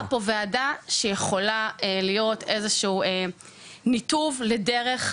יש לך פה וועדה שיכולה להיות איזה שהוא ניתוב לדרך שונה,